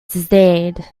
stayed